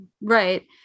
Right